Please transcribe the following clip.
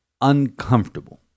uncomfortable